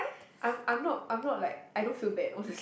I'm I'm not I'm not like I don't feel bad honestly